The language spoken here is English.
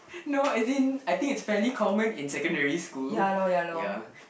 no as in I think is fairly common in secondary school ya